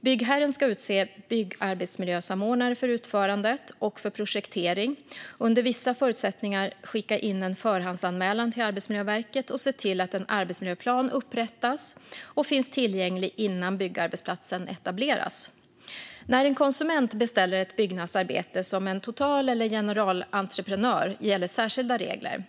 Byggherren ska utse byggarbetsmiljösamordnare för utförandet och för projektering, under vissa förutsättningar skicka in en förhandsanmälan till Arbetsmiljöverket och se till att en arbetsmiljöplan upprättas och finns tillgänglig innan byggarbetsplatsen etableras. När en konsument beställer ett byggnadsarbete av en total eller generalentreprenör gäller särskilda regler.